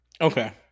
Okay